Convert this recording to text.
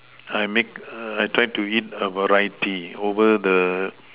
I make err I try to eat a variety over the